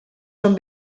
són